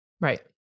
Right